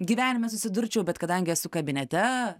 gyvenime susidurčiau bet kadangi esu kabinete